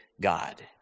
God